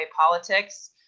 politics